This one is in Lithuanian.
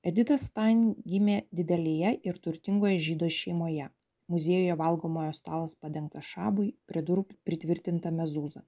edita stain gimė didelėje ir turtingoje žydų šeimoje muziejuje valgomojo stalas padengtas šabui prie durų pritvirtinta mezūza